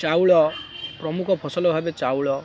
ଚାଉଳ ପ୍ରମୁଖ ଫସଲ ଭାବେ ଚାଉଳ